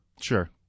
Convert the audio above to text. Sure